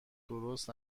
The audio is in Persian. درست